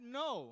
no